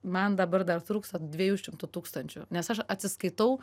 man dabar dar trūksta dviejų šimtų tūkstančių nes aš atsiskaitau